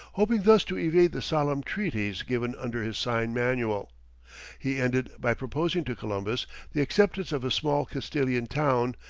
hoping thus to evade the solemn treaties given under his sign manual he ended by proposing to columbus the acceptance of a small castilian town,